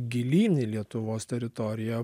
gilyn į lietuvos teritoriją